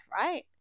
right